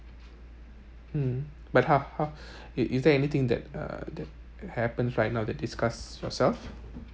mm but how how is is there anything that uh that happens right now that disgust yourself